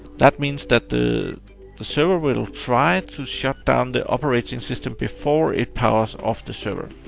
that means that the the server will try to shut down the operating system before it powers off the server.